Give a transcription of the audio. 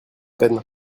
peine